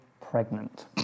pregnant